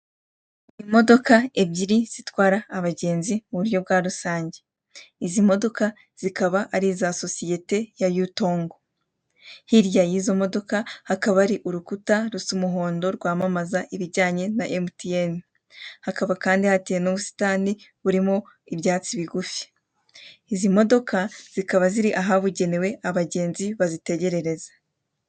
Imodoka ebyiri zitwara abagenzi mu buryo bwa rusange, izi modoka zikaba ari iza sosiyete ya Yutongo, hirya y'izo modoka hakaba hari urukuta rusa umuhondo rwamamaza ibijyanye na MTN, hakaba kandi hateye ubusitani burimo ibyatsi bigufi. Izi modoka zikaba ziri ahabugenewe abagenzi bazitegerereza.